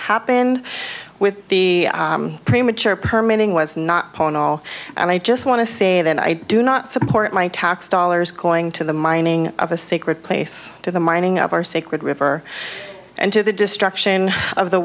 happened with the premature permanent was not paul and i just want to say that i do not support my tax dollars going to the mining of a sacred place to the mining of our sacred river and to the destruction of the